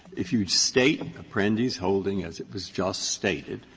if you state apprendi's holding as it was just stated,